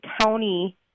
County